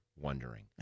wondering